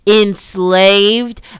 enslaved